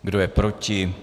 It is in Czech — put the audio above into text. Kdo je proti?